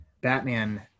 Batman